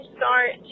start